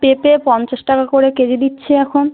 পেঁপে পঞ্চাশ টাকা করে কেজি দিচ্ছি এখন